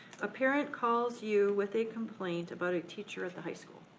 a parent calls you with a complaint about a teacher at the high school.